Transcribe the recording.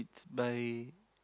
by